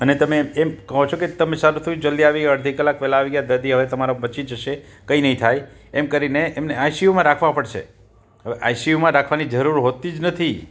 અને તમે એમ કહો છોકે તમે સારું થયું જલદી આવી ગયા અડધી કલાક પહેલાં આવી ગયા દર્દી હવે તમારો બચી જશે કંઈ નહીં થાય એમ કરીને એમને આઇસિયુમાં રાખવા પડશે હવે આઈસિયુમાં રાખવાની જરૂર હોતી જ નથી